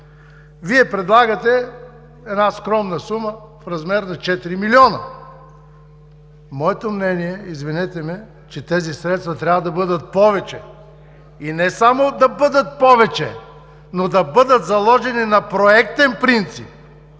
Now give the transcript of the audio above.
Вие предлагате една скромна сума в размер на 4 милиона. Моето мнение е, извинете ме, че тези средства трябва да бъдат повече и не само да бъдат повече, но да бъдат заложени на проектен принцип